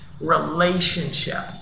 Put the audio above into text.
relationship